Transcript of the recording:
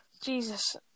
Jesus